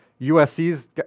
USC's